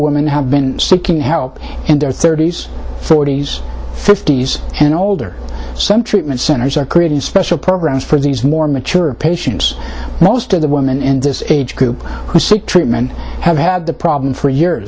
women have been seeking help in their thirty's forty's fifty's and older some treatment centers are creating special programs for these more mature patients most of the women in this age group who seek treatment have had the problem for years